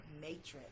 matrix